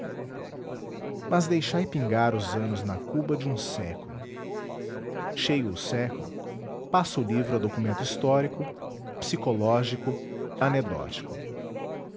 mas deixai pingar os anos na cuba de um século cheio o século passa o livro a documento histórico psicológico anedótico hão